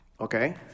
okay